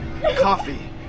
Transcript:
Coffee